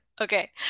okay